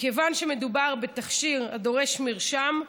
מכיוון שמדובר בתכשיר הדורש מרשם,